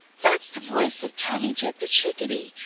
that's the voice of tommy tit the chickadee,